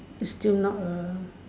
is still not A